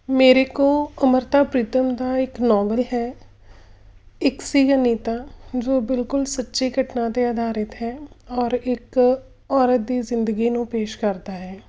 ਮੇਰੇ ਕੋਲ ਅੰਮ੍ਰਿਤਾ ਪ੍ਰੀਤਮ ਦਾ ਇੱਕ ਨੋਵਲ ਹੈ ਇੱਕ ਸੀ ਅਨੀਤਾ ਜੋ ਬਿਲਕੁਲ ਸੱਚੀ ਘਟਨਾ 'ਤੇ ਅਧਾਰਿਤ ਹੈ ਔਰ ਇੱਕ ਔਰਤ ਦੀ ਜ਼ਿੰਦਗੀ ਨੂੰ ਪੇਸ਼ ਕਰਦਾ ਹੈ